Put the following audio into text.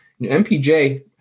MPJ